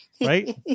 Right